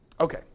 Okay